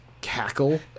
cackle